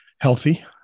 healthy